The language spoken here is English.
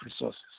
resources